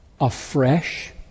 Afresh